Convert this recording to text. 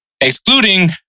excluding